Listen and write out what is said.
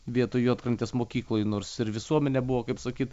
vietoj juodkrantės mokykloj nors ir visuomenė buvo kaip sakyt